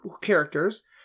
characters